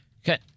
Okay